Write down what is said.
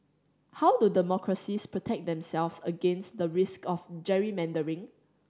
how do democracies protect themselves against the risk of gerrymandering